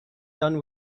done